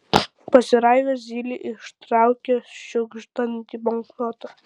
pasiraivęs zylė ištraukė šiugždantį banknotą